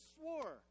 swore